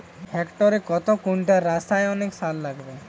হেক্টরে কত কুইন্টাল রাসায়নিক সার লাগবে?